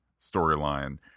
storyline